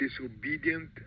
disobedient